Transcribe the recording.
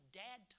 dad